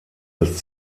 des